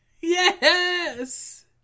Yes